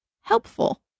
helpful